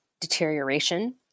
Deterioration